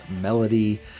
melody